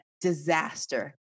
disaster